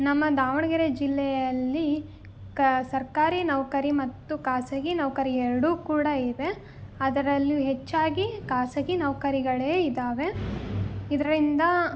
ನಮ್ಮ ದಾವಣಗೆರೆ ಜಿಲ್ಲೆಯಲ್ಲಿ ಕ ಸರ್ಕಾರಿ ನೌಕರಿ ಮತ್ತು ಖಾಸಗಿ ನೌಕರಿ ಎರಡು ಕೂಡ ಇವೆ ಅದರಲ್ಲು ಹೆಚ್ಚಾಗಿ ಖಾಸಗಿ ನೌಕರಿಗಳೇ ಇದ್ದಾವೆ ಇದರಿಂದ